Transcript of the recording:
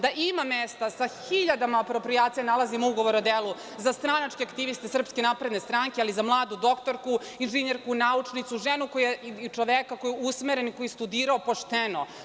Da ima mesta sa hiljadama aproprijacija, nalazimo ugovore o delu za stranačke aktiviste SNS, ali za mladu doktorku, inžinjerku, naučnicu, ženu, čoveka koji je usmeren i koji je studirao pošteno.